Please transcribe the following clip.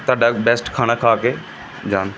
ਤੁਹਾਡਾ ਬੈਸਟ ਖਾਣਾ ਖਾ ਕੇ ਜਾਣ